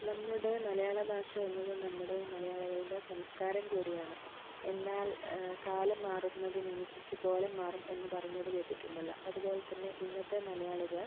നമ്മുടെ മലയാള ഭാഷ എന്നത് നമ്മുടെ മലയാളികളുടെ സംസ്കാരം കൂടിയാണ് എന്നാൽ കാലം മാറുന്നതിനനുസരിച്ച് കോലം മാറും എന്ന് പറഞ്ഞത് കേട്ടിട്ടുണ്ടല്ലോ അതുപോലെത്തന്നെ ഇന്നത്തെ മലയാളികൾ